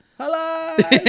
Hello